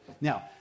Now